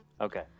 Okay